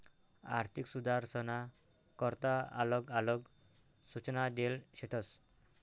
आर्थिक सुधारसना करता आलग आलग सूचना देल शेतस